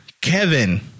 kevin